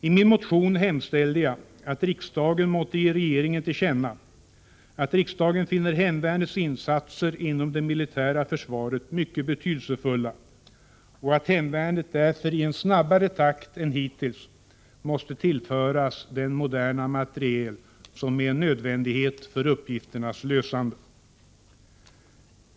I min motion hemställde jag att riksdagen måtte ge regeringen till känna att riksdagen finner hemvärnets insatser inom det militära försvaret mycket betydelsefulla och att hemvärnet därför i en snabbare takt än hittills måste tillföras den moderna materiel som är en nödvändighet för uppgifternas lösande.